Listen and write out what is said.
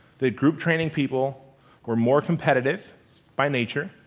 that group training people were more competitive by nature,